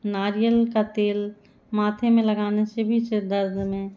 नारियल का तेल माथे में लगाने से भी सिरदर्द में